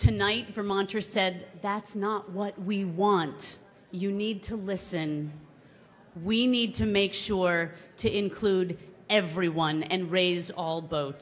tonight from montreux said that's not what we want you need to listen we need to make sure to include everyone and raise all